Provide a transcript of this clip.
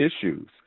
issues